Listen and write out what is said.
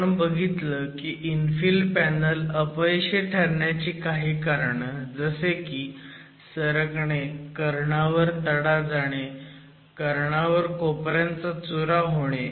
तर आपण बघितलं की इन्फिल पॅनल अपयशी ठरण्याची काही कारणं जसे की सरकणे कर्णावर तडा जाणे कर्णावर कोपऱ्यांचा चुरा होणे